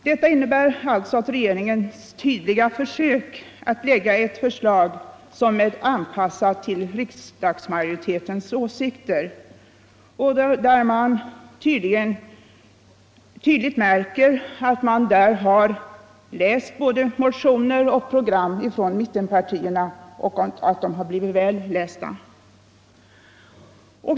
Regeringen har uppenbarligen försökt att lägga ett förslag som är anpassat till riksdagsmajoritetens åsikter, och det är tydligt att man har läst både motioner och program från mittenpartierna och att dessa har blivit väl lästa.